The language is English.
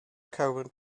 current